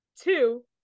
Two